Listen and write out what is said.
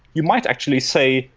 you might actually say,